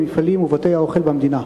המפעלים ובתי-האוכל במדינה,